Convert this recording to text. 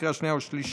לקריאה שנייה ושלישית.